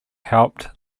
helped